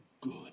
good